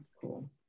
cool